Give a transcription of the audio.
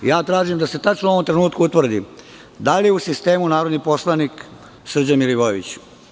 Ja tražim da se tačno u ovom trenutku utvrdi da li je u sistemu narodni poslanik Srđan Milivojević?